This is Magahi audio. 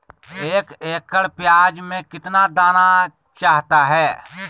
एक एकड़ प्याज में कितना दाना चाहता है?